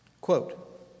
quote